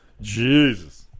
Jesus